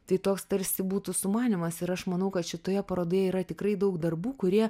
tai toks tarsi būtų sumanymas ir aš manau kad šitoje parodoje yra tikrai daug darbų kurie